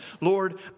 Lord